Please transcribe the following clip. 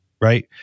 Right